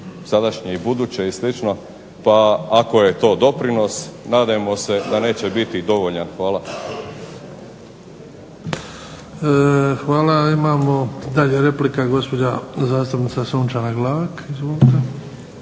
sadašnje i buduće i slično pa ako je to doprinos nadajmo se da neće biti dovoljan. Hvala. **Bebić, Luka (HDZ)** Hvala. Imamo dalje repliku. Gospođa zastupnica Sunčana Glavak, izvolite.